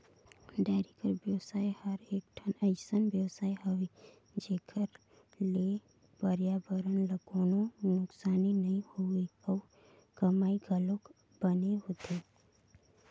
dairy कर बेवसाय हर एकठन अइसन बेवसाय हवे जेखर ले परयाबरन ल कोनों नुकसानी नइ होय अउ कमई घलोक बने होथे